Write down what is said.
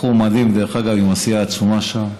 בחור מדהים, דרך אגב, עם עשייה עצומה שם,